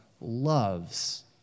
loves